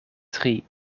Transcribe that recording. tri